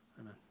Amen